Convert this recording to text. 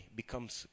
becomes